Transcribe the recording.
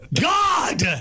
God